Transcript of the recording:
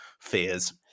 fears